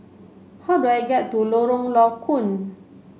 how do I get to Lorong Low Koon